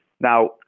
Now